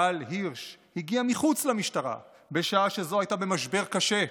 גל הירש הגיע מחוץ למשטרה בשעה שזו הייתה במשבר קשה.